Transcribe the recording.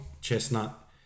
chestnut